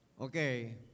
Okay